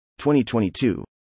2022